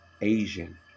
Asian